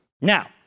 Now